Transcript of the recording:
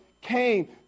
came